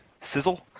Sizzle